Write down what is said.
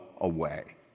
away